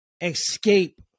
escape